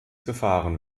gefahren